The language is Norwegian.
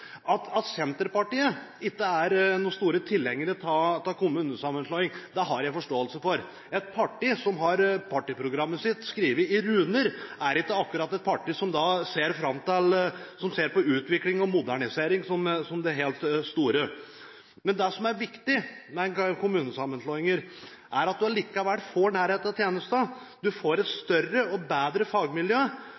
At Senterpartiet ikke er store tilhengere av kommunesammenslåing, har jeg forståelse for. Et parti som har partiprogrammet sitt skrevet i runer, er ikke akkurat et parti som ser på utvikling og modernisering som det helt store. Men det som er viktig med kommunesammenslåinger, er at du allikevel får nærhet til tjenester, og du får et